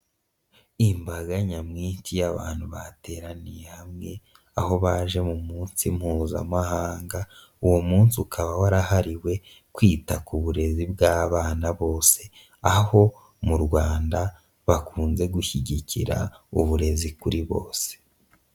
Imbaga nyamwinshi y'abantu bateraniye hamwe, aho baje mu munsi Mpuzamahanga, uwo munsi ukaba warahariwe kwita ku burezi bw'abana bose, aho mu Rwanda bakunze gushyigikira uburezi kuri bose.